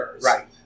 Right